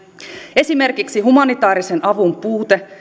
esimerkiksi humanitaarisen avun puute